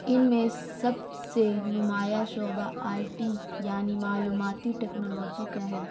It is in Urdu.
ان میں سب سے نمایاں شعبہ آئی ٹی یعنی معلوماتی ٹیکنالوجی کا ہے